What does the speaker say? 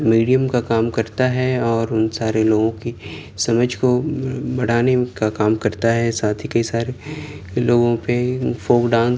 medium کا کام کرتا ہے اور ان سارے لوگوں کی سمجھ کو بڑھانے کا کام کرتا ہے ساتھ ہی کئی سارے لوگوں پہ فوک ڈانس